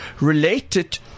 related